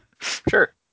Sure